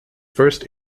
first